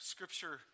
Scripture